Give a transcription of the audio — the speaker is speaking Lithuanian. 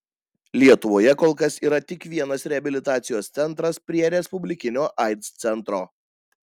lietuvoje kol kas yra tik vienas reabilitacijos centras prie respublikinio aids centro